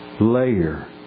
Layer